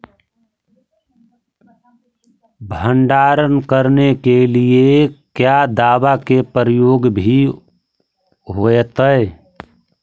भंडारन करने के लिय क्या दाबा के प्रयोग भी होयतय?